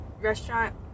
restaurant